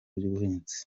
by’ubuhinzi